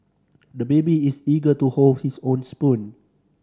the baby is eager to hold his own spoon